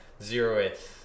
zeroth